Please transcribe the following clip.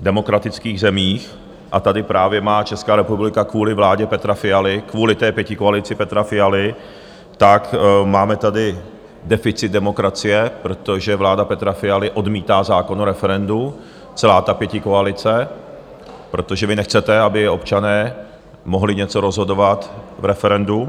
demokratických zemích a tady právě má Česká republika kvůli vládě Petra Fialy, kvůli pětikoalici Petra Fialy máme tady deficit demokracie, protože vláda Petra Fialy odmítá zákon o referendu, celá ta pětikoalice, protože vy nechcete, aby občané mohli něco rozhodovat v referendu.